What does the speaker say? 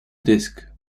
disc